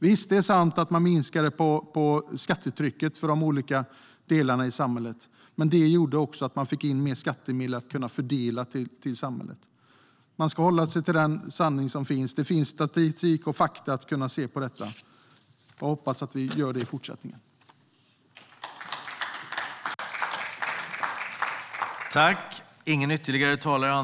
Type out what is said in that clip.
Visst - det är sant att man minskade skattetrycket för de olika delarna i samhället, men det gjorde också att man fick in mer skattemedel att kunna fördela till samhället. Man ska hålla sig till den sanning som finns. Det finns statistik och fakta att se på när det gäller detta. Jag hoppas att vi gör det i fortsättningen.